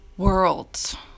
world